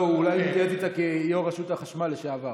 לא, אולי הוא מתייעץ איתה כיו"ר רשות החשמל לשעבר.